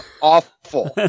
awful